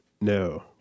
No